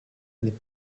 n’est